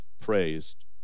praised